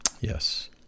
Yes